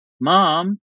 mom